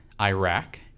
Iraq